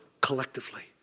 collectively